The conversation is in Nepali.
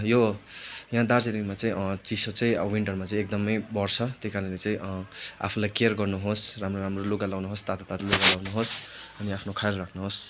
यो यहाँ दार्जिलिङमा चाहिँ चिसो चाहिँ विन्टरमा चाहिँ कदमै बड्छ त्यही कारणले चाहिँ आफुलाई केयर गर्नुहोस् राम्रो राम्रो लुगा लाउनुहोस् तातो तातो लुगा लाउनुहोस् अनि आफ्नो ख्याल राख्नुहोस्